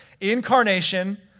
Incarnation